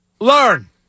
learn